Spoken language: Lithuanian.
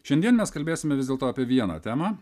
šiandien mes kalbėsime vis dėlto apie vieną temą